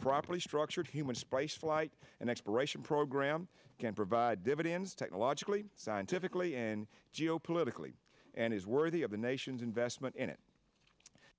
properly structured human spaceflight and exploration program can provide dividends technologically scientifically and geopolitically and is worthy of the nation's investment in it